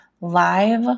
live